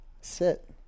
sit